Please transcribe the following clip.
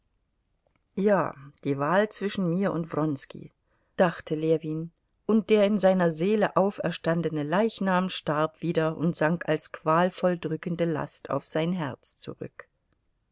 ja die wahl zwischen mir und wronski dachte ljewin und der in seiner seele auferstandene leichnam starb wieder und sank als qualvoll drückende last auf sein herz zurück